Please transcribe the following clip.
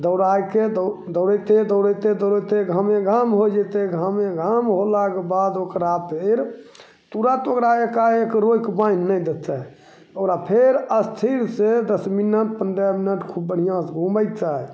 दौड़ाएके दौ दौड़ेतै दौड़ेतै दौड़ाबिते घामे घाम होइ जएतै घामे घाम होलाके बाद ओकरा फेर तुरन्त ओकरा एकाएक ओकरा रोकि बान्हि नहि देतै ओकरा फेर अस्थिरसे दस मिनट पनरह मिनट खूब बढ़िआँसे घुमेतै